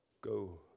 go